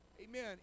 Amen